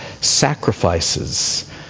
sacrifices